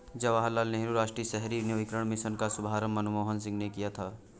जवाहर लाल नेहरू राष्ट्रीय शहरी नवीकरण मिशन का शुभारम्भ मनमोहन सिंह ने किया था